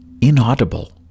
inaudible